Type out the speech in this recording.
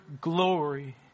glory